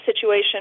situation